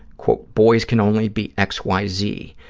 quote, boys can only be x, y, z.